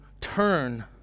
turn